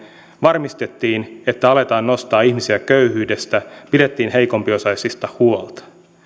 varmistettiin että aletaan nostaa ihmisiä köyhyydestä pidettiin heikompiosaisista huolta